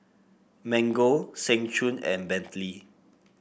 Mango Seng Choon and Bentley